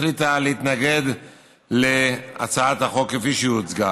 החליטה להתנגד להצעת החוק כפי שהיא הוצגה.